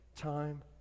time